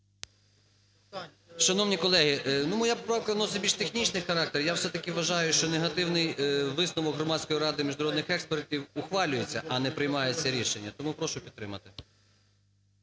Шановні колеги, моя поправка носить більш технічний характер. Я все-таки вважаю, що негативний висновок Громадської ради міжнародних експертів ухвалюється, а не приймається рішення. Тому прошу підтримати.